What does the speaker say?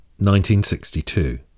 1962